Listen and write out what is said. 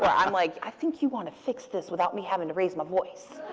but i'm like, i think you want to fix this without me having to raise my voice.